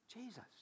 Jesus